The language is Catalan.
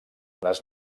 les